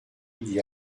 d’y